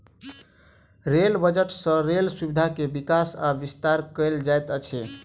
rail budget सँ rail सुविधा के विकास आ विस्तार कयल जाइत अछि